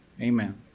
Amen